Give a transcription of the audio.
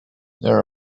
there